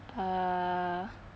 uh